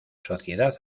sociedad